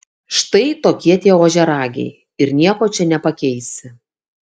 štai tokie tie ožiaragiai ir nieko čia nepakeisi